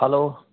hello